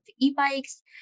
e-bikes